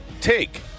take